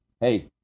hey